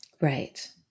Right